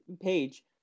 page